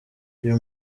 uyu